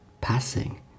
passing